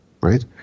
right